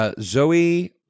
Zoe